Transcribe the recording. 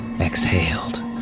exhaled